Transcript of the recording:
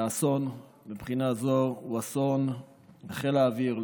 והאסון מבחינה זו הוא אסון לחיל האוויר,